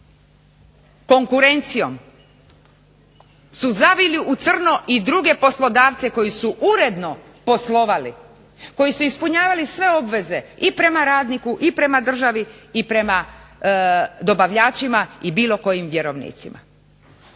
konkurencijom su zavili u crno i druge poslodavce koji su uredno poslovali, koji su ispunjavali sve obveze i prema radniku i prema državi i prema dobavljačima i bilo kojim vjerovnicima.